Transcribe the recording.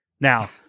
Now